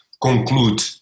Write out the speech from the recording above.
conclude